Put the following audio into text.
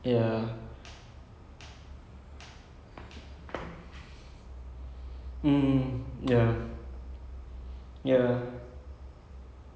so I நான் என்ன நினைச்சேன்னா:naan enna ninaichaenna is pretty amazing right because there are so many storylines running about right because it's like such a huge place and then different castles different kingdoms and all that